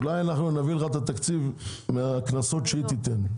אולי אנחנו נעביר אליך את התקציב מהקנסות שהיא תתן.